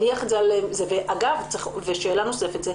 שאלה נוספת,